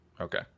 Okay